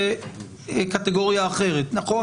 זה קטגוריה אחרת, נכון?